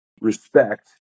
respect